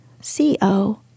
C-O